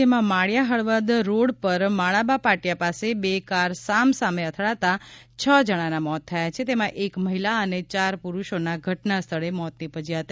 જેમાં માળીયા હળવદ રોડ પર માણાબા પાટિયા પાસે બે કાર સામસામે અથડાતાં છ જણાના મોત થયાં છે તેમાં એક મહિલા અને ચાર પૂરૂષોનાં ઘટના સ્થળે મોત નીપજ્યાં હતા